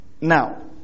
Now